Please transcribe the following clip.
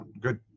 good